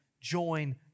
join